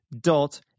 dot